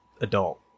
adult